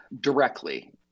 directly